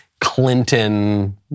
Clinton